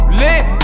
lit